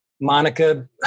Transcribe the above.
Monica